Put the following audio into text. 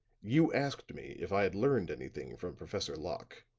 you asked me if i had learned anything from professor locke.